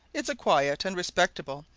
it's a quiet, and respectable,